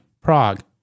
Prague